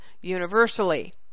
universally